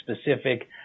specific